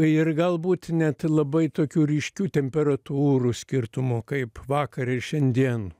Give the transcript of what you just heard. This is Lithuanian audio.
ir galbūt net labai tokių ryškių temperatūrų skirtumų kaip vakar ir šiandien